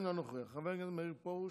אינו נוכח, חבר הכנסת מאיר פרוש,